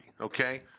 okay